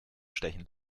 stechen